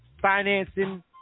financing